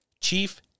Chief